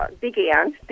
began